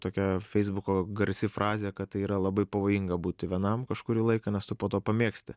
tokia feisbuko garsi frazė kad tai yra labai pavojinga būti vienam kažkurį laiką nes tu po to pamėgsti